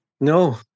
No